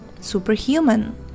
superhuman